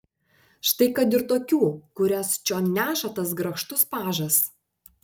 štai kad ir tokių kurias čion neša tas grakštus pažas